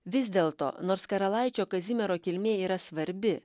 vis dėlto nors karalaičio kazimiero kilmė yra svarbi